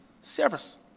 service